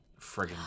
friggin